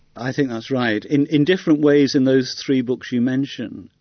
i think that's right. in in different ways in those three books you mentioned,